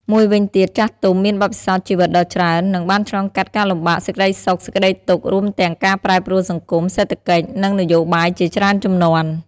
មួយវិញទៀតចាស់ទុំមានបទពិសោធន៍ជីវិតដ៏ច្រើន និងបានឆ្លងកាត់ការលំបាក សេចក្ដីសុខ សេចក្ដីទុក្ខ រួមទាំងការប្រែប្រួលសង្គម សេដ្ឋកិច្ច និងនយោបាយជាច្រើនជំនាន់។